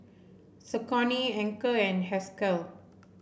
Saucony Anchor and Herschel